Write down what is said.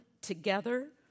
together